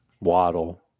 Waddle